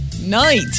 night